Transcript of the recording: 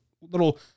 little